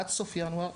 עד סוף ינואר,